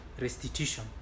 restitution